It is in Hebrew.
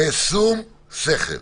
בשום שכל.